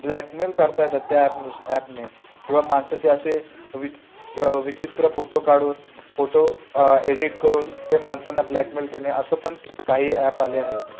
blackmail करता येतात त्या ॲप नुस त्या ॲपने किंवा माणसाचे असे विच विचित्र फोटो काढून फोटो एडिट करून ते माणसांना ब्लॅकमेल केले असं पण काही ॲप आले आहेत